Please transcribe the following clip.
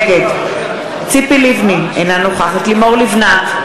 נגד ציפי לבני, אינה נוכחת לימור לבנת,